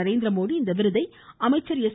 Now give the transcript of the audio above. நரேந்திரமோடி இந்த விருதை அமைச்சர் எஸ்